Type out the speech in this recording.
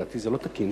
לדעתי זה לא תקין,